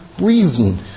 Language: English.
reason